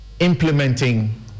implementing